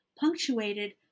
punctuated